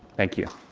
thank you.